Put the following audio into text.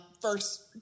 first